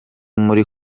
muri